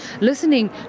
listening